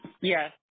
Yes